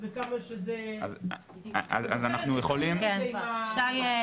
וכמה שזה -- אז אנחנו יכולים -- אוקיי,